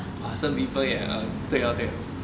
!wah! 生 pimple 也 uh 对哦对哦